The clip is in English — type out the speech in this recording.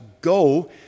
Go